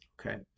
okay